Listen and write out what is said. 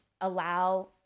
allow